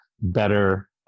better